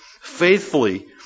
faithfully